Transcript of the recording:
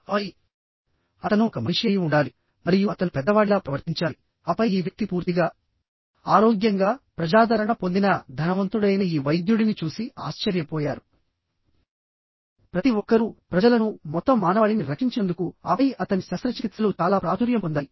ఆపై అతను ఒక మనిషి అయి ఉండాలి మరియు అతను పెద్దవాడిలా ప్రవర్తించాలి ఆపై ఈ వ్యక్తి పూర్తిగా ఆరోగ్యంగాప్రజాదరణ పొందిన ధనవంతుడైన ఈ వైద్యుడిని చూసి ఆశ్చర్యపోయారు ప్రతి ఒక్కరూప్రజలనుమొత్తం మానవాళిని రక్షించినందుకుఆపై అతని శస్త్రచికిత్సలు చాలా ప్రాచుర్యం పొందాయి